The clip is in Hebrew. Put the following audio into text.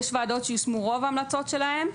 יש וועדות שיושמו רוב ההמלצות שלהם,